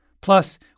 Plus